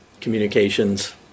communications